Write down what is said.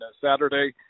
Saturday